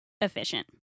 efficient